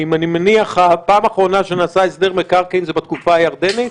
אני מניח שהפעם האחרונה שנעשה הסדר מקרקעין זה היה בתקופה הירדנית.